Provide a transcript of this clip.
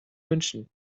münchen